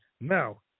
Now